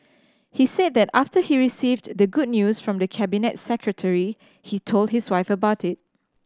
he said that after he received the good news from the Cabinet Secretary he told his wife about it